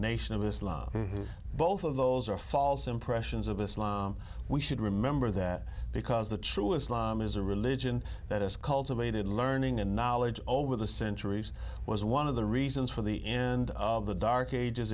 nation of islam both of those are false impressions of islam we should remember that because the true islam is a religion that has cultivated learning and knowledge over the centuries was one of the reasons for the end of the dark ages